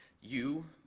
you,